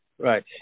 Right